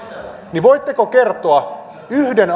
niin voitteko kertoa yhden